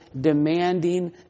demanding